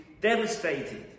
devastated